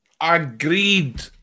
agreed